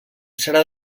serà